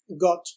got